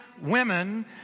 women